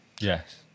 yes